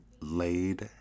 laid